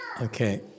Okay